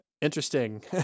Interesting